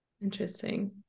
Interesting